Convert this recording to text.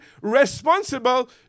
responsible